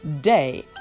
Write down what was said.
day